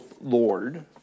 Lord